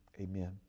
amen